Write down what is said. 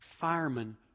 firemen